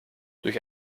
durch